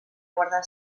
guardar